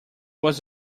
was